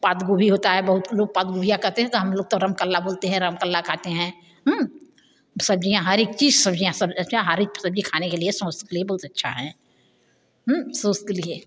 पत्ता गोभी होता हैं बहुत लोग पत्ता गोभियाँ कहते है हम लोग तो रमकल्ला बोलते हैं रमकल्ला खाते हैं सब्ज़ियाँ हर एक चीज़ सब्ज़ियाँ हर एक सब्ज़ियाँ खाने के लिए स्वास्थ्य के लिए बहुत अच्छा है स्वास्थ्य के लिए